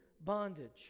bondage